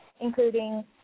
including